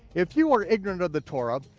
if you were ignorant of the torah,